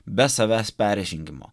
be savęs peržengimo